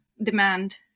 demand